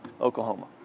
Oklahoma